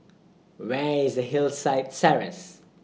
Where IS Hillside Terrace